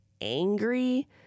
angry